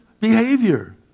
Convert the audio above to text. behavior